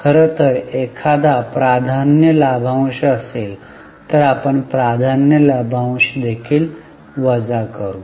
खरं तर एखादा प्राधान्य लाभांश असेल तर आपण प्राधान्य लाभांश देखील वजा करू